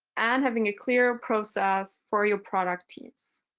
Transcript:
and having a clear process for your product teams.